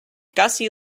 gussie